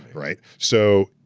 right, so,